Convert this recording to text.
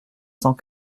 cent